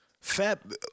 Fab